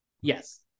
Yes